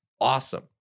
awesome